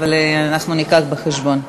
אבל אנחנו נביא בחשבון,